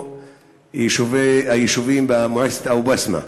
או ביישובים במועצת אבו בסמה,